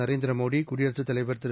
நரேந்திரமோடிகுடியரசுத் தலைவர் திரு